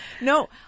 No